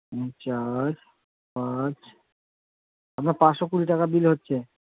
তিন চার পাঁচ আপনার পাঁচশো কুড়ি টাকা বিল হচ্ছে